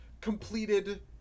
completed